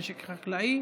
משק חקלאי